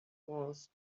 was